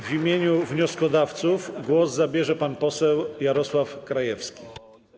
W imieniu wnioskodawców głos zabierze pan poseł Jarosław Krajewski.